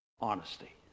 honesty